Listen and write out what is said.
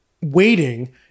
waiting